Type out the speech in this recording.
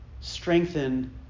strengthen